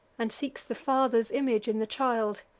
and seeks the father's image in the child,